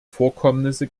vorkommnisse